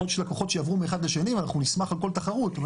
יכול להיות שיהיו לקוחות שיעברו מאחד לשני ואנחנו נשמח על כל תחרות אבל